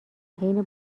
حین